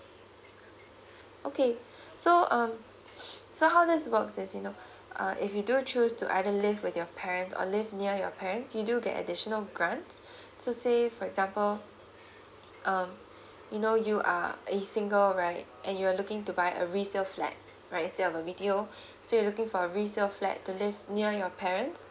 okay so um so how this works is you know uh if you do choose to either live with your parents or live near your parents you do get additional grant so say for example um you know you are a single right and you are looking to buy a resale flat right instead of B_T_O so you looking for a resale flat to live near your parents